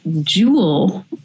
jewel